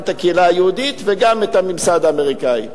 גם את הקהילה היהודית וגם את הממסד האמריקני.